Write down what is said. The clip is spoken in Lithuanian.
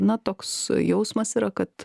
na toks jausmas yra kad